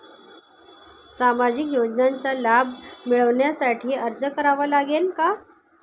सामाजिक योजनांचा लाभ मिळविण्यासाठी अर्ज करावा लागेल का?